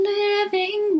living